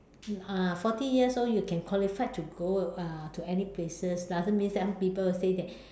uh forty years old you can qualified to go uh to any places doesn't mean some people say that